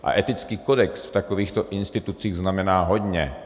A etický kodex v takovýchto institucích znamená hodně.